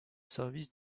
service